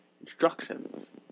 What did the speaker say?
instructions